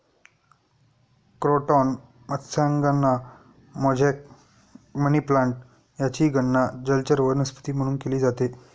croton मत्स्यांगना, mosaic, money plant यांचीही गणना जलचर वनस्पती म्हणून केली जाते